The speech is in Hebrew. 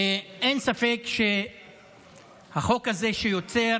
אין ספק שהחוק הזה, שיוצר